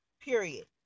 period